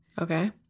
Okay